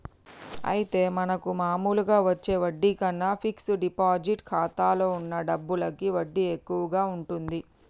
అయితే మనకు మామూలుగా వచ్చే వడ్డీ కన్నా ఫిక్స్ డిపాజిట్ ఖాతాలో ఉన్న డబ్బులకి వడ్డీ ఎక్కువగా ఉంటుంది